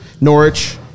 Norwich